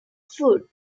food